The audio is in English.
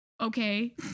okay